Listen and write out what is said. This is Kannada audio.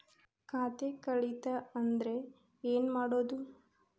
ಖಾತೆ ಕಳಿತ ಅಂದ್ರೆ ಏನು ಮಾಡೋದು?